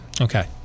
Okay